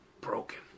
broken